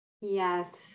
Yes